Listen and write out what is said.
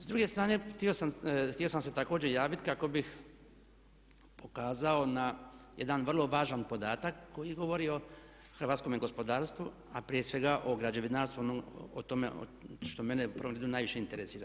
S druge strane htio sam se također javiti kako bih pokazao na jedan vrlo važan podatak koji je govorio o hrvatskome gospodarstvu, a prije svega o građevinarstvu, o tome što mene u prvom redu najviše interesira.